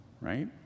right